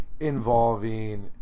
involving